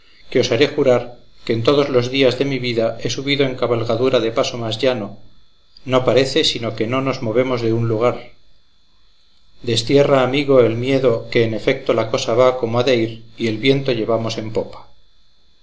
que osaré jurar que en todos los días de mi vida he subido en cabalgadura de paso más llano no parece sino que no nos movemos de un lugar destierra amigo el miedo que en efecto la cosa va como ha de ir y el viento llevamos en popa